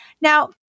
now